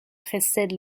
précède